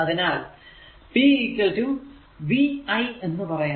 അതിനാൽ p vi എന്ന് പറയാം